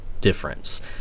difference